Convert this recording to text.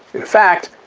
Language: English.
in fact,